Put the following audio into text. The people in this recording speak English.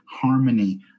harmony